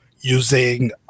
using